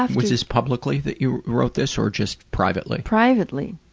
ah was this publicly that you wrote this or just privately? privately.